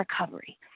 recovery